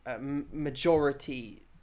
Majority